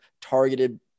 targeted